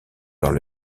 vers